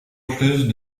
plus